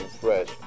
fresh